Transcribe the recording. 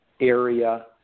area